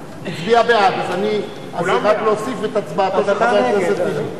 אז רק להוסיף את הצבעתו של חבר הכנסת טיבי.